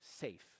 safe